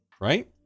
Right